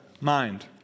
mind